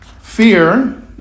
Fear